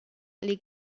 les